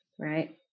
right